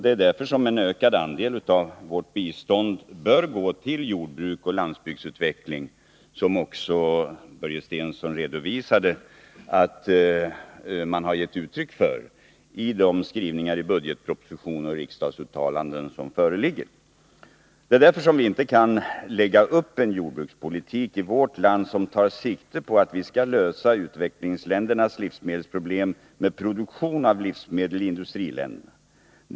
Det är därför som en ökad andel av vårt bistånd bör gå till jordbruksoch landsbygdsutveckling, något som också Börje Stensson redovisade att man gett uttryck för i de skrivningar i budgetproposition och riksdagsuttalanden som föreligger. Det är därför som vi inte kan lägga upp en jordbrukspolitik i vårt land som tar sikte på att vi skall lösa utvecklingsländernas livsmedelsproblem med produktion av livsmedel i industriländerna.